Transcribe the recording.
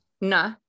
nah